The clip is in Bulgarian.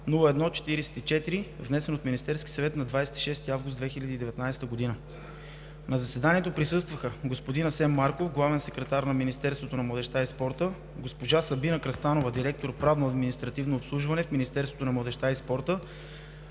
902-01-44, внесен от Министерския съвет на 26 август 2019 г. На заседанието присъстваха: господин Асен Марков – главен секретар на Министерството на младежта и спорта, госпожа Сабина Кръстанова – директор „Правно административно обслужване“ в Министерството на младежта и спорта,